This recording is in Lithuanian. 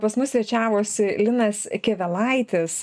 pas mus svečiavosi linas kėvelaitis